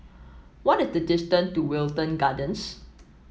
what is the distance to Wilton Gardens